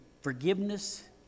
forgiveness